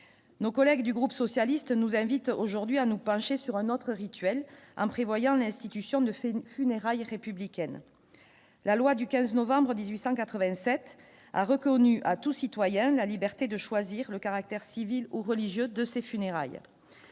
nos collègues du groupe socialiste nous invite aujourd'hui à nous pencher sur un autre rituel prévoyant l'institution ne fait funérailles républicaine, la loi du 15 novembre 1887 a reconnu à tout citoyen de la liberté de choisir le caractère civil ou religieux de ses funérailles